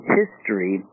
history